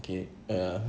okay err